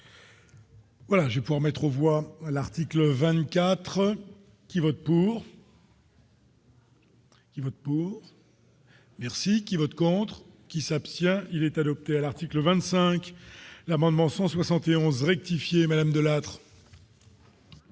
Voilà, j'ai pour mettre aux voix à l'article 24 heures qui vote pour. Qui vote pour merci qui vote contre. Qui s'abstient, il est adopté à l'article 25 l'amendement 171 rectifier Madame Delattre.